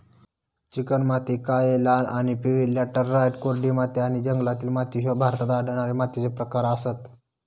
चिकणमाती, काळी, लाल आणि पिवळी लॅटराइट, कोरडी माती आणि जंगलातील माती ह्ये भारतात आढळणारे मातीचे प्रकार आसत